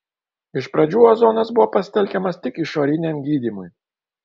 iš pradžių ozonas buvo pasitelkiamas tik išoriniam gydymui